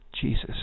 Jesus